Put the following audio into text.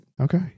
Okay